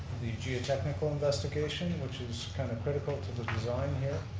the geotechnical investigation, which is kind of critical to the design here.